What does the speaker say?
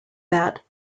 that